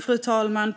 Fru talman!